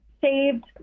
saved